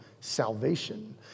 salvation